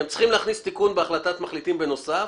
אתם צריכים להכניס תיקון בהצעת המחליטים בנוסף,